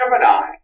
Gemini